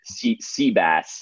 Seabass